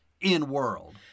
in-world